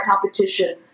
competition